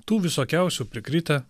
tų visokiausių prikritę